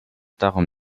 darum